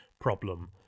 problem